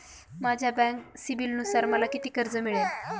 माझ्या बँक सिबिलनुसार मला किती कर्ज मिळेल?